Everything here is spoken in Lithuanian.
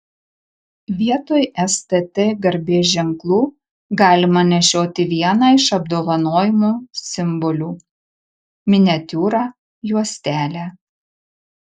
vietoj stt garbės ženklų galima nešioti vieną iš apdovanojimų simbolių miniatiūrą juostelę